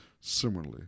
Similarly